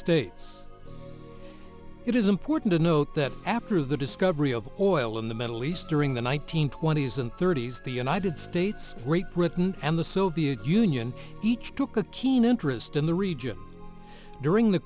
states it is important to note that after the discovery of oil in the middle east during the one nine hundred twenty s and thirty's the united states great britain and the soviet union each took a keen interest in the region during the